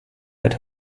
that